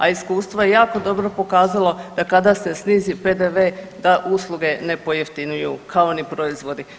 A iskustvo je jako dobro pokazalo da kada se snizi PDV da usluge ne pojeftinjuju kao ni proizvodi.